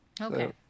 Okay